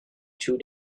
two